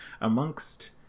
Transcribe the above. amongst